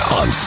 on